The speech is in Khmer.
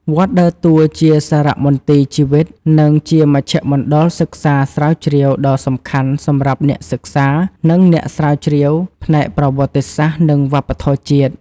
វត្តដើរតួជាសារមន្ទីរជីវិត និងជាមជ្ឈមណ្ឌលសិក្សាស្រាវជ្រាវដ៏សំខាន់សម្រាប់អ្នកសិក្សា និងអ្នកស្រាវជ្រាវផ្នែកប្រវត្តិសាស្ត្រ និងវប្បធម៌ជាតិ។